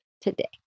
today